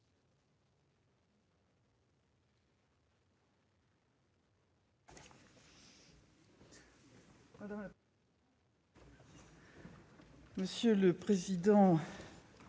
monsieur le président